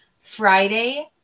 Friday